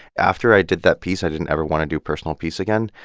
after i did that piece, i didn't ever want to do personal peace again.